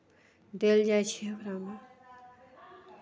देल जाइ छै ओकरामे